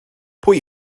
pwy